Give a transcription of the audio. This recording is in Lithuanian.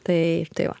taip tai va